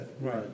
Right